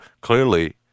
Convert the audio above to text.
Clearly